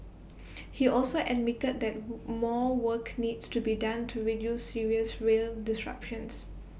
he also admitted that more work needs to be done to reduce serious rail disruptions